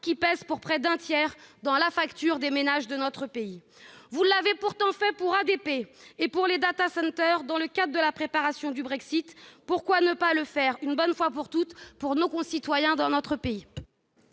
qui pèsent pour près d'un tiers dans la facture des ménages de notre pays ! Vous l'avez fait pour ADP et pour les dans le cadre de la préparation du Brexit, pourquoi ne pas le faire, une bonne fois pour toutes, au profit de nos concitoyens ? La parole